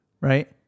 Right